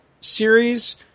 series